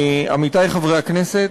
עמיתי חברי הכנסת,